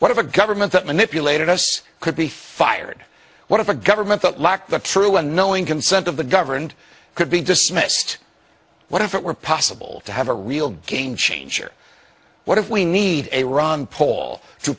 what if a government that manipulated us could be fired what if a government that lacked the true unknowing consent of the governed could be dismissed what if it were possible to have a real game changer what if we need a ron paul to